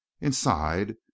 inside